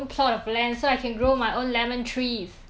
and then 我们可以可以唱 lemon tree 的那首歌